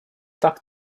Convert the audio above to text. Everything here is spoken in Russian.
так